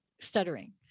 stuttering